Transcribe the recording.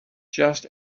just